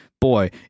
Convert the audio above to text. boy